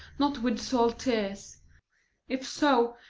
not with salt tears if so,